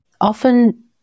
Often